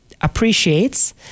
appreciates